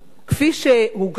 כפי שהוגש